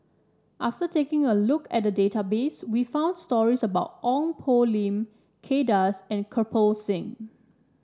after taking a look at the database we found stories about Ong Poh Lim Kay Das and Kirpal Singh